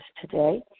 today